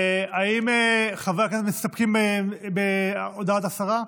האם חברי הכנסת מסתפקים בהודעת השרה?